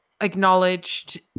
acknowledged